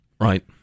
Right